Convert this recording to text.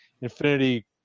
infinity